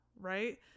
right